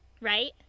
right